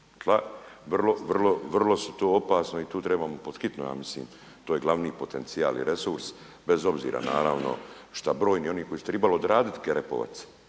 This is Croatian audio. vrlo je to opasno i tu trebamo pod hitno, ja mislim, to je glavni potencijal i resurs, bez obzira naravno šta brojni oni koji su trebali odraditi Karepovac